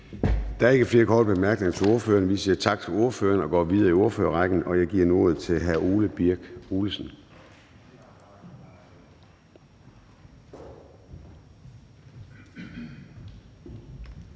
Der er ikke flere korte bemærkninger. Vi siger tak til ordføreren og går videre i ordførerrækken, og jeg giver nu ordet til hr. Ole Birk Olesen.